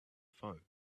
phone